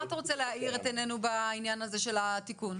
אתה רוצה להאיר את עינינו בעניין הזה של התיקון?